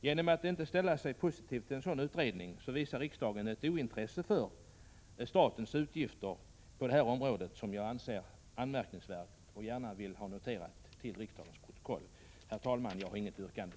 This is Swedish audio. Genom att inte ställa sig positiv till en sådan utredning visar riksdagen ett ointresse för statens utgifter på det här området som jag anser anmärkningsvärt, vilket jag gärna vill ha noterat i riksdagens protokoll. Herr talman! Jag har inget yrkande.